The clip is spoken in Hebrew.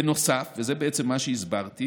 בנוסף, וזה בעצם מה שהסברתי,